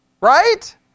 right